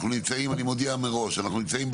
אנחנו נמצאים,